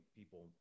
people